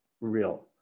real